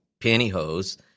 pantyhose